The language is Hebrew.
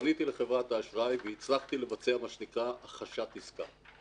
פניתי לחברת האשראי והצלחתי לבצע מה שנקרא הכחשת עסקה.